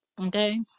Okay